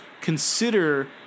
consider